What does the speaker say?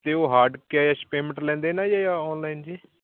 ਅਤੇ ਉਹ hard cash payment ਲੈਂਦੇ ਨਾ ਜੀ ਜਾਂ ਔਨਲਾਈਨ ਜੀ